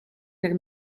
per